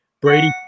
Brady